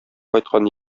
кайткан